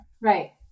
Right